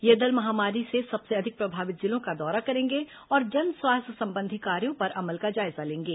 यह दल महामारी से सबसे अधिक प्रभावित जिलों का दौरा करेंगे और जन स्वास्थ्य संबंधी कार्यों पर अमल का जायजा लेंगे